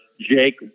Jake